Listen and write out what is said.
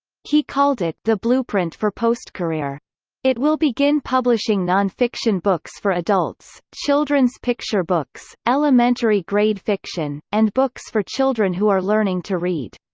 he called it the blueprint for postcareer. it will begin publishing nonfiction books for adults, children's picture books, elementary grade fiction, and books for children who are learning to read.